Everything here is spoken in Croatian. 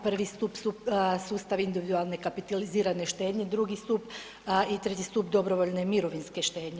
Prvi stup su sustav individualne kapitalizirane štednje, drugi stup i treći stup dobrovoljne mirovinske štednje.